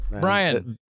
brian